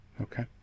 Okay